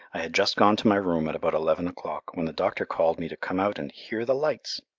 i had just gone to my room at about eleven o'clock when the doctor called me to come out and hear the lights.